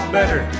better